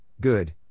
good